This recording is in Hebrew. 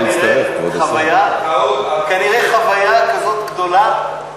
כנראה חוויה כזאת גדולה,